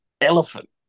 elephant